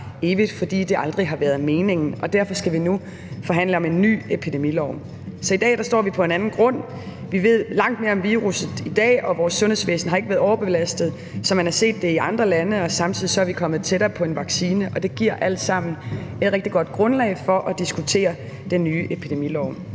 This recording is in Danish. for det har aldrig været meningen, og derfor skal vi nu forhandle om en ny epidemilov. Så i dag står vi på en anden grund. Vi ved langt mere om virusset i dag, og vores sundhedsvæsen har ikke været overbelastet, som man har set det i andre lande, og samtidig er vi kommet tættere på en vaccine. Og det giver alt sammen et rigtig godt grundlag for at diskutere den nye epidemilov.